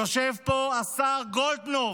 יושב פה השר גולדקנופ,